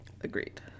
Agreed